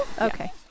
Okay